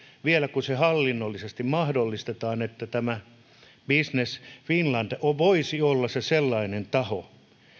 vielä kun se hallinnollisesti mahdollistetaan että tämä business finland voisi olla sellainen taho